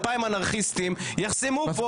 2,000 אנרכיסטים יחסמו פה.